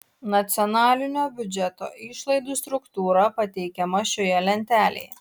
nacionalinio biudžeto išlaidų struktūra pateikiama šioje lentelėje